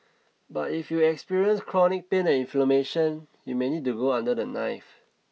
but if you experience chronic pain and inflammation you may need to go under the knife